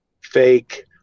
fake